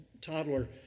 toddler